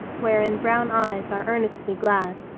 wherein brown eyes are earnestly glad.